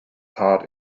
heart